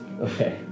Okay